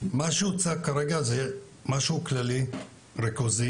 מה שהוצג כרגע זה משהו כללי וריכוזי,